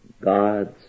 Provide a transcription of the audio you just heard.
God's